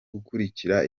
kurarikira